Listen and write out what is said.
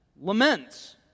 laments